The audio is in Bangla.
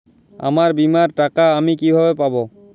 আমার বীমার টাকা আমি কিভাবে পাবো?